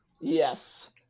yes